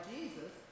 Jesus